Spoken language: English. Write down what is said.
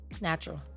natural